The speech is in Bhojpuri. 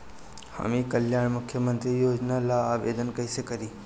हम ई कल्याण मुख्य्मंत्री योजना ला आवेदन कईसे करी?